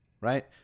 Right